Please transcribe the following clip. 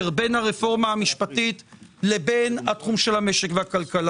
בין הרפורמה המשפטית לבין התחום של המשק והכלכלה.